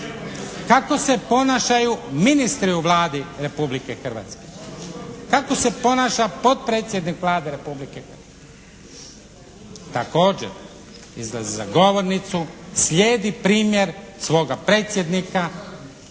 Kako se ponašaju ministri u Vladi Republike Hrvatske. Kako se ponaša potpredsjednik Vlade Republike Hrvatske? Također, izlazi za govornicu, slijedi primjer svoga predsjednika i